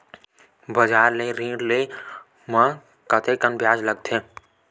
बजार ले ऋण ले म कतेकन ब्याज लगथे?